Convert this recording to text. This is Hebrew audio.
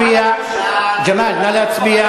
ג'מאל, נא להצביע.